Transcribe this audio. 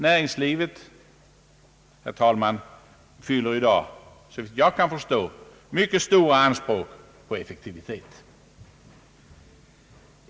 Näringslivet, herr talman, fyller i dag, såvitt jag kan förstå, mycket stora anspråk på effektivitet.